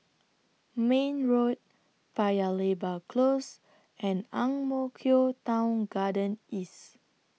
Mayne Road Paya Lebar Close and Ang Mo Kio Town Garden East